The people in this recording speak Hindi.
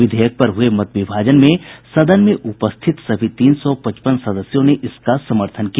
विधेयक पर हुए मत विभाजन में सदन में उपस्थित सभी तीन सौ पचपन सदस्यों ने इसका समर्थन किया